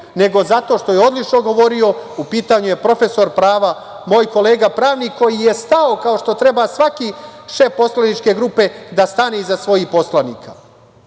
nego zato što je odlično govorio. U pitanju je profesor prava, moj kolega pravnik, koji je stao, kao što treba svaki šef poslaničke grupe da stane iza svojih poslanika,